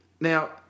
Now